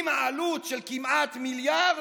עם עלות של כמעט מיליארד,